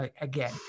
again